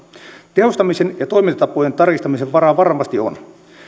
tehostamisen ja toimintatapojen tarkistamisen varaa varmasti on